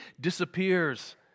disappears